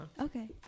Okay